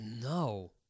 No